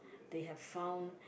they have found